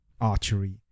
archery